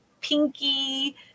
pinky